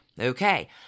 Okay